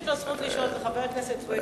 היחידי שיש לו זכות לשאול זה חבר הכנסת סוייד,